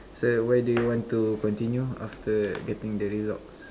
so where do you want to continue after getting the results